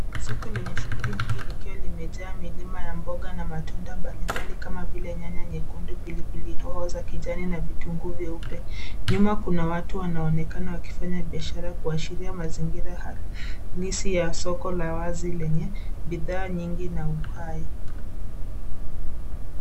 Soko lenye shughuli nyingi likiwa limejaa milima ya mboga na matunda mbalimbali kama vile nyanya nyekundu ,pilipili hoho za kijani na vitunguu vyeupe. Nyuma kuna watu wanaonekana wakifanya biashara kuashiria mazingira halisi ya soko la wazi lenye bidhaa nyingi na uhai.